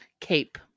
Cape